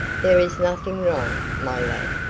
there is nothing wrong, my lad,